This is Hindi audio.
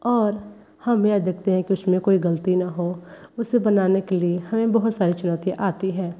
और हम यह देखते हैं कि उस में कोई ग़लती ना हो उसे बनाने के लिए हमें बहुत सारी चुनौतियाँ आती हैं